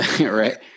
right